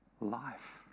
Life